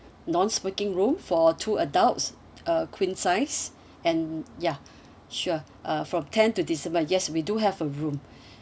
non smoking room for two adults a queen size and ya sure uh from ten to december yes we do have a room